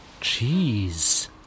cheese